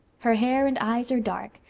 her hair and eyes are dark,